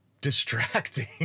distracting